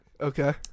Okay